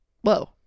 whoa